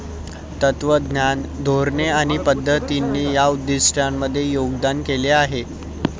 तत्त्वज्ञान, धोरणे आणि पद्धतींनी या उद्दिष्टांमध्ये योगदान दिले आहे